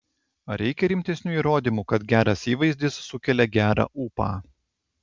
ar reikia rimtesnių įrodymų kad geras įvaizdis sukelia gerą ūpą